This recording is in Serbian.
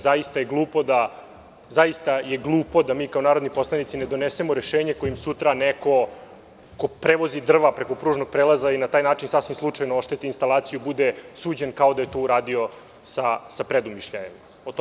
Zaista je glupo da mi kao narodni poslanici ne donesemo rešenje kojim sutra neko ko prevozi drva preko pružnog prelaza i na taj način sasvim slučajno ošteti instalaciju, bude suđen kao da je to uradio sa predumišljajem.